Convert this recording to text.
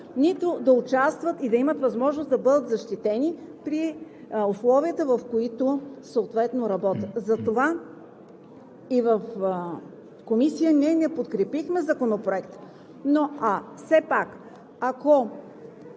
нито да участват и да имат възможност да бъдат защитени при условията, в които работят. Затова и в Комисията ние не подкрепихме Законопроекта. Все пак, ако